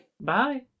Bye